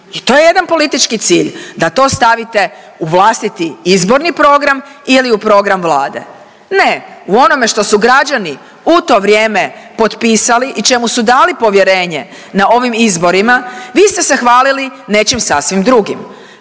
I to je jedan politički cilj da to stavite u vlastiti izborni program ili u program Vlade. Ne, u onome što su građani u to vrijeme potpisali i čemu su dali povjerenje na ovim izborima, vi ste se hvalili nečim sasvim drugim.